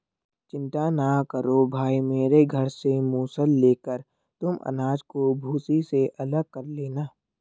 चिंता ना करो भाई मेरे घर से मूसल लेकर तुम अनाज को भूसी से अलग कर लेना